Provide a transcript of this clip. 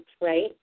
right